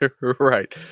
Right